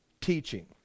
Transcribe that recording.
teaching